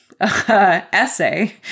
Essay